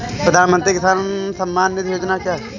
प्रधानमंत्री किसान सम्मान निधि योजना क्या है?